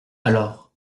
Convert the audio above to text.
alors